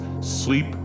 sleep